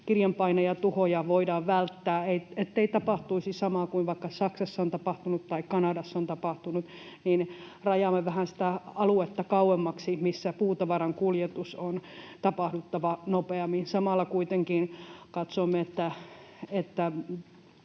kirjanpainajatuhoja voidaan välttää, ettei tapahtuisi samaa kuin vaikka Saksassa on tapahtunut tai Kanadassa on tapahtunut. Rajaamme vähän sitä aluetta kauemmaksi, missä puutavaran kuljetuksen on tapahduttava nopeammin. Samalla kuitenkin katsomme, että